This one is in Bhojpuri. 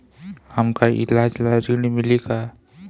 हमका ईलाज ला ऋण मिली का?